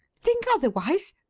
think otherwise?